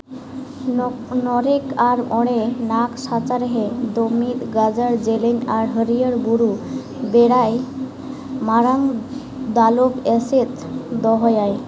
ᱱᱚᱠᱨᱮᱠ ᱟᱨ ᱚᱸᱰᱮᱱᱟᱜ ᱥᱟᱪᱟᱨᱦᱮ ᱫᱚ ᱢᱤᱫ ᱜᱟᱡᱟᱲ ᱡᱮᱞᱮᱧ ᱟᱨ ᱦᱟᱹᱨᱭᱟᱹᱲ ᱵᱩᱨᱩ ᱵᱮᱲᱟᱭ ᱢᱟᱨᱟᱝ ᱫᱟᱞᱚᱵ ᱮᱥᱮᱫ ᱫᱚᱦᱚᱭᱟᱭ